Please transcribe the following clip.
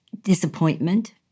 disappointment